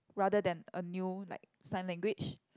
rather than a new like sign language